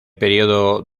periodo